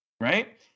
right